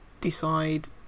decide